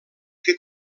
que